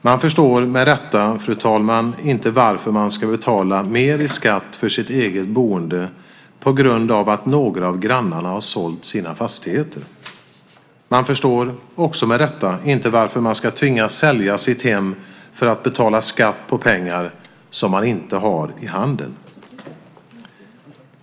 Man förstår, med rätta, inte varför man ska betala mer i skatt för sitt eget boende på grund av att några av grannarna har sålt sina fastigheter. Man förstår, också med rätta, inte varför man ska tvingas sälja sitt hem för att betala skatt på pengar som man inte har i handen.